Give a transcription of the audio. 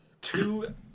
two